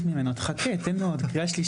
מניעת דחיקת הצעירים.